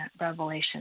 Revelation